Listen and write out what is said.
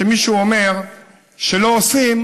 כשמישהו אומר שלא עושים,